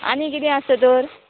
आनी किदें आसता तर